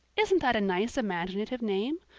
isn't that a nice imaginative name?